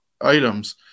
items